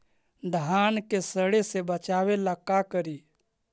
धान के सड़े से बचाबे ला का करि?